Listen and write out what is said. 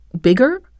bigger